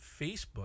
Facebook